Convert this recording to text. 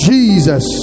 Jesus